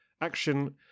Action